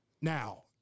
now